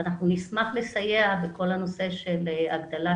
ואנחנו נשמח לסייע בכל הנושא של הגדלת